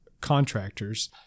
contractors